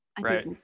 right